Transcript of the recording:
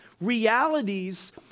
realities